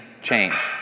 change